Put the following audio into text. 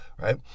right